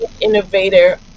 Innovator